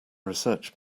research